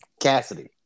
Cassidy